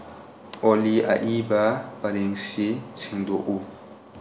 ꯑꯣꯂꯤ ꯑꯏꯕ ꯄꯔꯦꯡꯁꯤ ꯁꯤꯟꯗꯣꯛꯎ